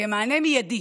כמענה מיידי